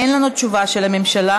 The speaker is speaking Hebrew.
אין לנו תשובה של הממשלה,